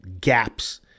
gaps